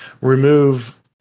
remove